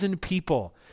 people